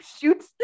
shoots